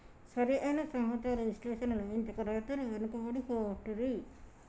సరి అయిన సమాచార విశ్లేషణ లభించక రైతులు వెనుకబడి పోబట్టిరి